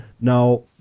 Now